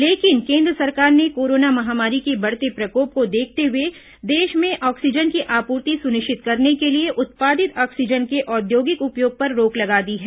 लेकिन केन्द्र सरकार ने कोरोना महामारी के बढ़ते प्रकोप को देखते हुए देश में ऑक्सीजन की आपूर्ति सुनिश्चित करने के लिए उत्पादित ऑक्सीजन के औद्योगिक उपयोग पर रोक लगा दी है